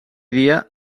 dia